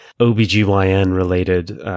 OBGYN-related